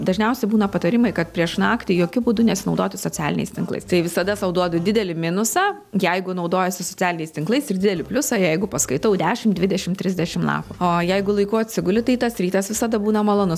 dažniausi būna patarimai kad prieš naktį jokiu būdu nesinaudoti socialiniais tinklais tai visada sau duodu didelį minusą jeigu naudojuosi socialiniais tinklais ir didelį pliusą jeigu paskaitau dešim dvidešim trisdešim na o jeigu laiku atsiguli tai tas rytas visada būna malonus